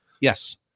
Yes